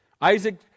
Isaac